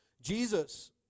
Jesus